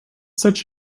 such